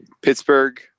Pittsburgh